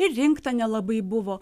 ir rinkta nelabai buvo